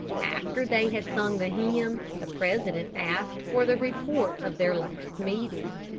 after they had sung the hymn, the president asked for the report of their last meeting.